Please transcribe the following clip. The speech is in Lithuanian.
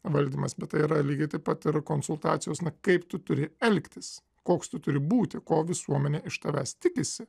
valdymas bet tai yra lygiai taip pat ir konsultacijos na kaip tu turi elgtis koks tu turi būti ko visuomenė iš tavęs tikisi